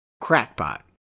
crackpot